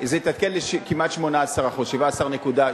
זה התעדכן לכמעט 18% 17.7%,